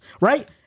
right